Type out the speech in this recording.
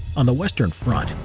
on the western front,